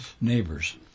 neighbors